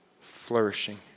flourishing